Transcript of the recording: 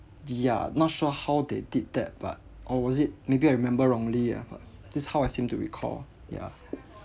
yeah not sure how they did that but or was it maybe I remember wrongly ah this how I seem to recall ya